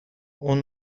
اون